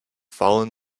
fallen